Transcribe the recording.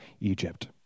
Egypt